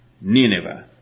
Nineveh